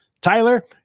Tyler